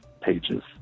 pages